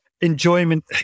enjoyment